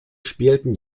spielten